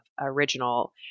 original